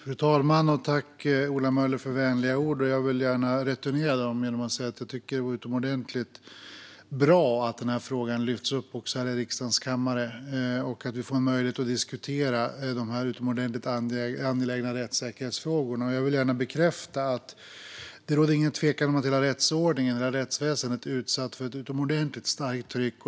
Fru talman! Jag tackar Ola Möller för vänliga ord. Jag vill gärna returnera dem genom att säga att jag tycker att det är utomordentligt bra att denna fråga lyfts upp också här i riksdagens kammare och att vi får möjlighet att diskutera dessa angelägna rättssäkerhetsfrågor. Jag vill gärna bekräfta att det inte råder någon tvekan om att hela rättsordningen och hela rättsväsendet är utsatt för ett starkt tryck.